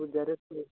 xerox